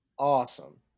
Awesome